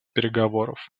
переговоров